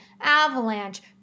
avalanche